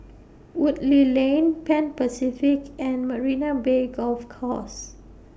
Woodleigh Lane Pan Pacific and Marina Bay Golf Course